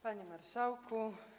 Panie Marszałku!